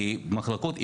מחלקות,